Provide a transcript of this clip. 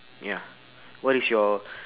ya what is your